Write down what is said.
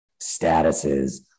statuses